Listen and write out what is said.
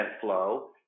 flow